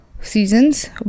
seasons